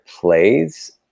plays